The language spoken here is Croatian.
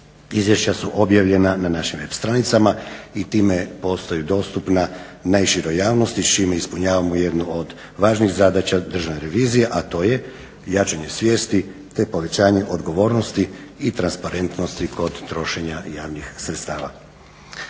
izvješća su objavljena na našim web stranicama i time postaju dostupna najširoj javnosti s čime ispunjavamo jednu od važnih zadaća Državne revizije, a to je jačanje svijesti, te povećanje odgovornosti i transparentnosti kod trošenja javnih sredstava.